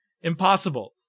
Impossible